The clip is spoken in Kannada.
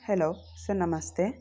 ಅಲೋ ಸರ್ ನಮಸ್ತೆ